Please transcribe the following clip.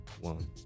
One